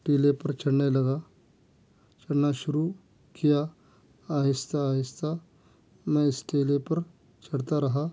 ٹیلے پر چڑھنے لگا چڑھنا شروع کیا آہستہ آہستہ میں اس ٹیلے پر چڑھتا رہا